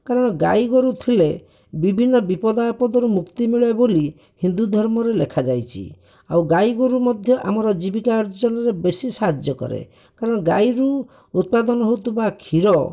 କାରଣ ଗାଈଗୋରୁ ଥିଲେ ବିଭିନ୍ନ ବିପଦ ଆପଦରୁ ମୁକ୍ତି ମିଳେ ବୋଲି ହିନ୍ଦୁ ଧର୍ମରେ ଲେଖାଯାଇଛି ଆଉ ଗାଈଗୋରୁ ମଧ୍ୟ ଆମର ଜୀବିକା ଅର୍ଜନରେ ବେଶି ସାହାଯ୍ୟ କରେ କାରଣ ଗାଈରୁ ଉତ୍ପାଦନ ହେଉଥିବା କ୍ଷୀର